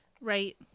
Right